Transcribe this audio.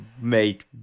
made